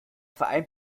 verein